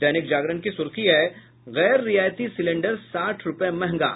दैनिक जागरण की सुर्खी है गैर रियायती सिलेंडर साठ रूपये महंगा